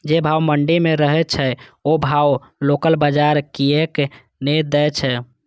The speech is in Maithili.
जे भाव मंडी में रहे छै ओ भाव लोकल बजार कीयेक ने दै छै?